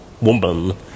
woman